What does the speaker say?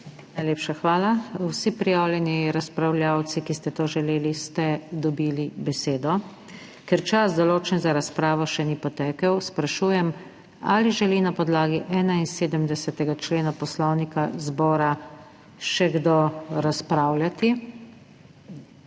Najlepša hvala. Vsi prijavljeni razpravljavci, ki ste to želeli, ste dobili besedo. Ker čas, določen za razpravo, še ni potekel, sprašujem, ali želi na podlagi 71. člena Poslovnika zbora še kdo razpravljati?